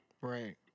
Right